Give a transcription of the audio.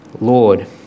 Lord